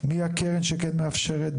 מי הקרן שכן מאפשרת,